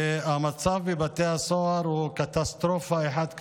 והמצב בבתי הסוהר הוא קטסטרופה אחת גדולה.